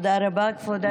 תודה רבה, כבוד היושב-ראש.